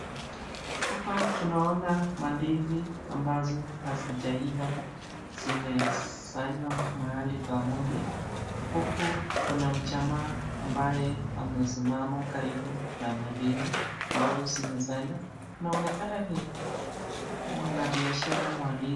Hapa tunaona mandizi ambazo hazijaiva zimesanywa mahali pamoja, huku kuna mjamaa ambays amesimama karibu na mandizi ambazo zimesanywa, kuna onekana ni mwanabiashara wa ndizi.